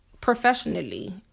professionally